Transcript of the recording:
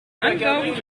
ansaugen